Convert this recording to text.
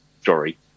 story